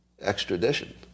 extradition